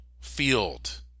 field